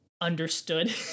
understood